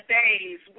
days